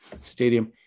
stadium